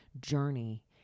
journey